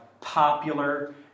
popular